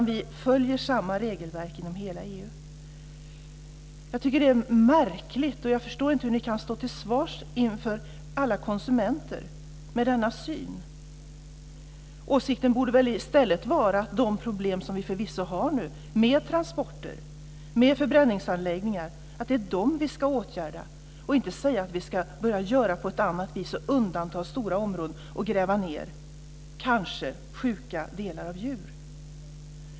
Vi följer samma regelverk inom hela Jag tycker att det är märkligt. Jag förstår inte hur ni med denna syn kan stå till svars inför alla konsumenter. Åsikten borde väl i stället vara att det är de problem vi förvisso har med transporter och förbränningsanläggningar som vi ska åtgärda och inte säga att vi ska börja göra på ett annat vis, undanta stora områden och gräva ned kanske sjuka delar av djur.